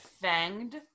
fanged